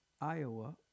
Iowa